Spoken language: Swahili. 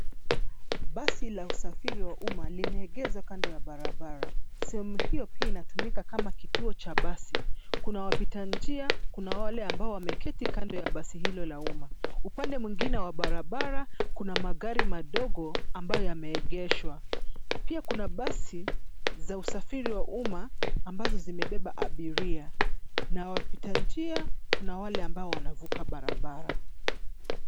Basi la usafiri wa umma limeegeza kando ya barabara. Sehemu hii pia inatumika kama kituo cha mabasi. Kuna wapita njia, kuna wale abao wameketi kando ya basi hilo la umma. Upande mwingine wa barabara kuna magari madogo ambayo yame egeshwa. Pia kuna basi, za usafiri wa umma ambazo zimebeba abiria na wapita njia kuna wale ambao wanavuka barabara.